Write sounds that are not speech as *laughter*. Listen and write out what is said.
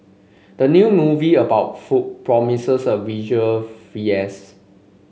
the new movie about food promises a visual *unintelligible*